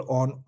on